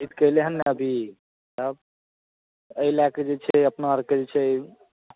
जीत कऽ अयलै हेँ ने अभी तब एहि लएके जे छै अपना आओरके जे छै